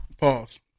Pause